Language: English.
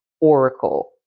oracle